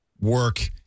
work